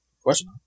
Question